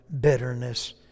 bitterness